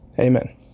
Amen